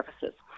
services